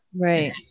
Right